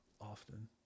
often